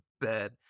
bed